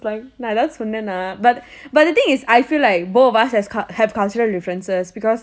I was like oh நான் ஏதாவது சொன்னேன்னா:naan yethaavathu sonnenaa but but the thing is I feel like both of us have cultural differences